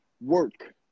work